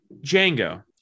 Django